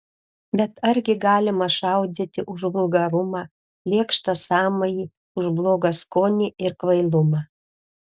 bet argi galima šaudyti už vulgarumą lėkštą sąmojį už blogą skonį ir kvailumą